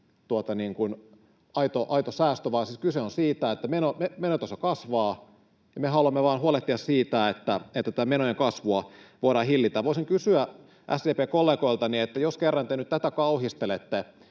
aito säästö, vaan siis kyse on siitä, että menotaso kasvaa, ja me haluamme vain huolehtia siitä, että tätä menojen kasvua voidaan hillitä. Voisin kysyä SDP:n kollegoiltani, että jos kerran te nyt tätä kauhistelette,